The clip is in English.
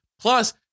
plus